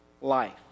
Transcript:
life